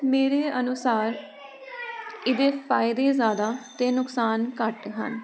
ਮੇਰੇ ਅਨੁਸਾਰ ਇਹਦੇ ਫਾਇਦੇ ਜ਼ਿਆਦਾ ਅਤੇ ਨੁਕਸਾਨ ਘੱਟ ਹਨ